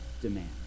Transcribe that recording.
demand